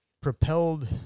propelled